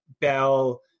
Bell